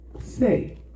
say